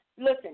listen